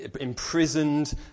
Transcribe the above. imprisoned